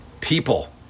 people